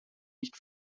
nicht